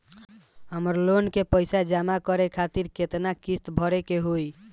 हमर लोन के पइसा जमा करे खातिर केतना किस्त भरे के होई?